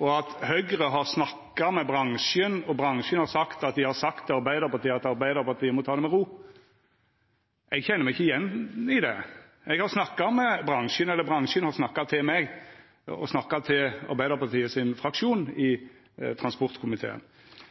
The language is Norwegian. og at Høgre har snakka med bransjen, og bransjen har sagt at dei har sagt til Arbeidarpartiet at Arbeidarpartiet må ta det med ro. Eg kjenner meg ikkje igjen i det. Eg har snakka med bransjen – eller bransjen har snakka til meg og til Arbeidarpartiet sin fraksjon i transportkomiteen